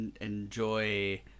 enjoy